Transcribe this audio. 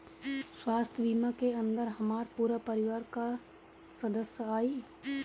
स्वास्थ्य बीमा के अंदर हमार पूरा परिवार का सदस्य आई?